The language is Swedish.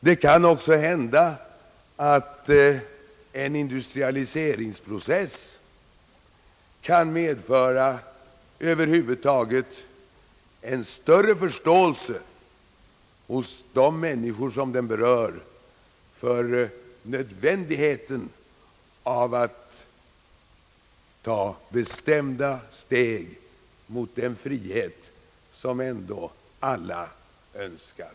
Det kan också hända att en industrialiseringsprocess kan medföra en större förståelse över huvud taget hos de människor som den berör för nödvändigheten av att ta bestämda steg mot den frihet som ändå alla önskar.